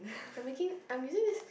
I'm making I'm using this